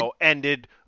ended